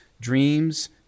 dreams